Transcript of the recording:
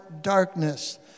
darkness